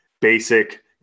basic